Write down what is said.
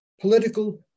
political